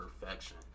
perfection